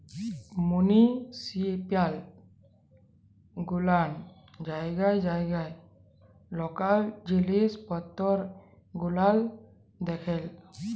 municipality গুলান জায়গায় জায়গায় লকাল জিলিস পত্তর গুলান দেখেল